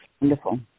wonderful